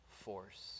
force